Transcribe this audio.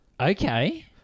Okay